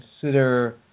consider